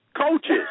Coaches